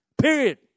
Period